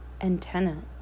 antenna